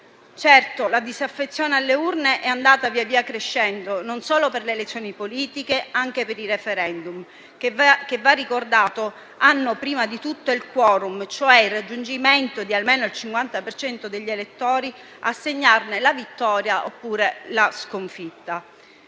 la disaffezione alle urne è andata via via crescendo, e non solo per le elezioni politiche, ma anche per i *referendum* che - va ricordato - hanno prima di tutto il *quorum*, cioè il raggiungimento di almeno il 50 per cento degli elettori, per assegnarne la vittoria oppure la sconfitta.